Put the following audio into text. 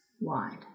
wide